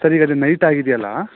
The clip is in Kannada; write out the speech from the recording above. ಸರ್ ಈಗ ಅದು ನೈಟ್ ಆಗಿದ್ಯಲ್ವ